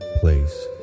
place